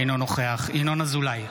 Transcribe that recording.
אינו נוכח ינון אזולאי,